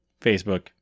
Facebook